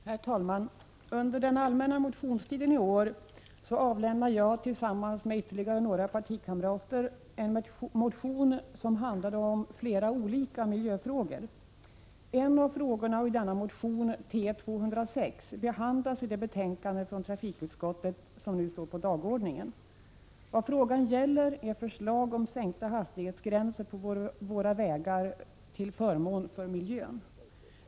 Herr talman! Under den allmänna motionstiden i år avlämnade jag tillsammans med några partikamrater en motion som handlade om flera olika miljöfrågor. En av frågorna i denna motion, motion T206, behandlas i det betänkande från trafikutskottet som nu står på dagordningen. Vad frågan gäller är ett förslag om sänkta hastighetsgränser på våra vägar till förmån för miljön.